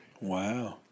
Wow